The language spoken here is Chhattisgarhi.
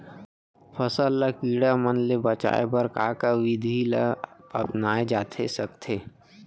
फसल ल कीड़ा मन ले बचाये बर का का विधि ल अपनाये जाथे सकथे?